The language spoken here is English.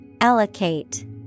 Allocate